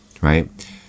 Right